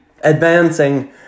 advancing